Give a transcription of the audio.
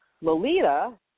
Lolita